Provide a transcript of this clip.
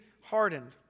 hardened